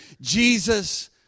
Jesus